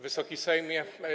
Wysoki Sejmie!